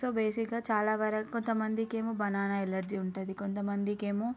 so బేసిక్గా చాలా వరకు కొంత మందికి ఏమో బనానా ఎలర్జీ ఉంటుంది కొంత మందికి ఏమో